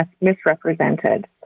misrepresented